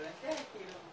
כמה מילים.